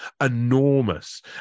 enormous